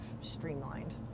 streamlined